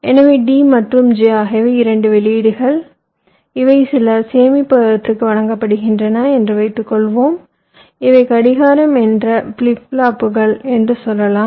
எனவே D மற்றும் J ஆகியவை 2 வெளியீடுகள் இவை சில சேமிப்பகத்துக்கு வழங்கப்படுகின்றன என்று வைத்துக்கொள்வோம் இவை கடிகாரம் என்ற ஃபிளிப் ஃப்ளாப்புகள் என்று சொல்லலாம்